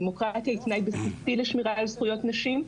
דמוקרטיה היא תנאי בסיסי לשמירה על זכויות נשים,